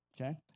okay